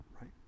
right